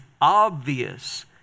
obvious